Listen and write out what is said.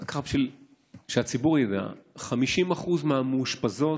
רק בשביל שהציבור יודע: 50% מהמאושפזות